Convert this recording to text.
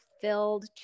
filled